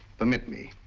permit me.